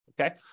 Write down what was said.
Okay